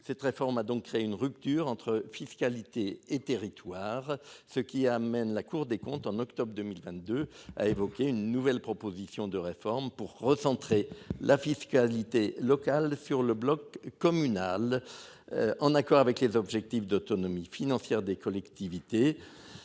Cette réforme a donc créé une rupture entre fiscalité et territoires. Ce qui amène la Cour des comptes en octobre 2022, a évoqué une nouvelle proposition de réforme pour recentrer la fiscalité locale sur le bloc communal. En accord avec les objectifs d'autonomie financière des collectivités.